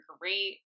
great